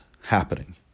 happening